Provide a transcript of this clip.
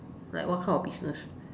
like what kind of business